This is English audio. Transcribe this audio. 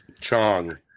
chong